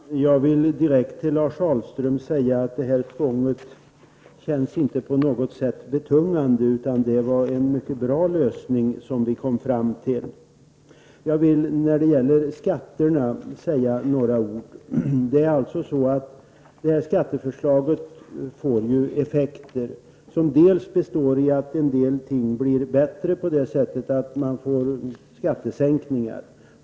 Herr talman! Jag vill direkt till Lars Ahlström säga att det här tvånget inte känns betungande, utan jag anser att det var en mycket bra lösning som vi kom fram till. Jag vill säga några ord om skatterna. Den föreslagna skattereformen får vissa effekter. En del saker blir bättre genom att människor får sänkt skatt.